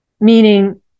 meaning